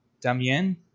Damien